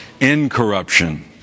incorruption